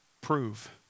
Prove